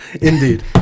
indeed